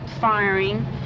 firing